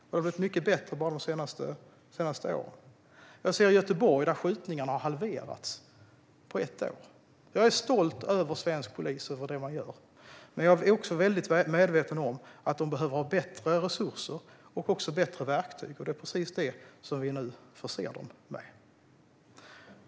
Det har blivit mycket bättre bara under de senaste åren. Jag ser Göteborg, där skjutningarna har halverats på ett år. Jag är stolt över svensk polis och det den gör, men jag är också väldigt medveten om att man behöver bättre resurser och bättre verktyg. Det är precis det vi nu förser polisen med.